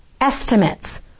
estimates